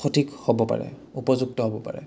সঠিক হ'ব পাৰে উপযুক্ত হ'ব পাৰে